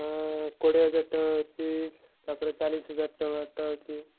କୋଡ଼ିଏ ହଜାର ଟଙ୍କା ଅଛି ତାପରେ ଚାଳିଶି ହଜାର ଟଙ୍କାଟା ଅଛି